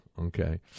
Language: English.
Okay